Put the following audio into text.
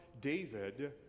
David